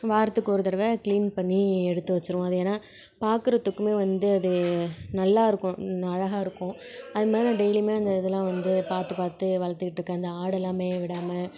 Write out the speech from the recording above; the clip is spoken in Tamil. வாரத்துக்கு ஒரு தடவை கிளீன் பண்ணி எடுத்து வச்சிருவோம் அது ஏன்னா பார்க்கறதுக்குமே வந்து அது நல்லா இருக்கும் அழகாக இருக்கும் அது மாதிரி நான் டெயிலியுமே அந்த இதெல்லாம் வந்து பார்த்து பார்த்து வளர்த்துக்கிட்டு இருக்கேன் இந்த ஆடெல்லாம் மேய விடாமல்